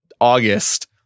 august